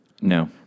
No